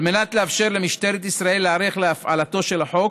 על מנת לאפשר למשטרת ישראל להיערך להפעלתו של החוק